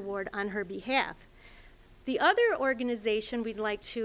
award on her behalf the other organization we'd like to